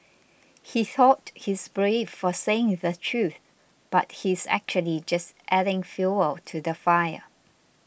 he thought he's brave for saying the truth but he's actually just adding fuel to the fire